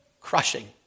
crushing